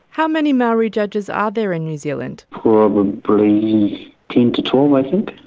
how many maori judges are there in new zealand? probably ten to twelve i think.